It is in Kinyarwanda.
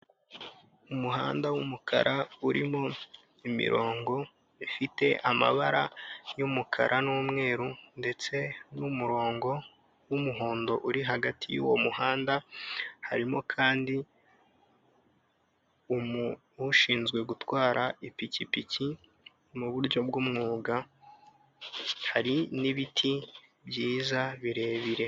umuhanda w'umukara urimo imirongo ifite amabara y'umukara n'umweru, ndetse n'umurongo w'umuhondo uri hagati y'uwo muhanda, harimo kandi ushinzwe gutwara ipikipiki m'uburyo bw'umwuga hari n'ibiti byiza birebire.